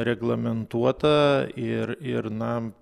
reglamentuota ir ir na